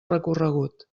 recorregut